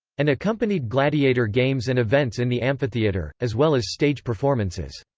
and accompanied gladiator games and events in the amphitheatre, as well as stage performances.